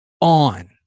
on